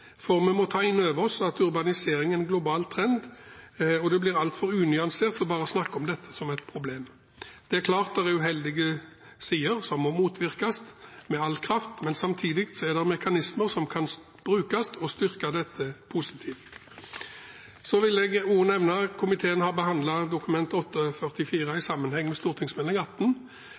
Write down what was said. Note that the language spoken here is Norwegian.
vi må ta inn over oss at urbanisering er en global trend, og det blir altfor unyansert å snakke om dette bare som et problem. Det er klart det er uheldige sider som må motvirkes med all kraft, men samtidig er det mekanismer som kan brukes for å styrke dette positivt. Jeg vil også nevne at komiteen har behandlet Dokument 8:44 S for 2016–2017 i sammenheng med Meld. St. 18